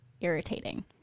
irritating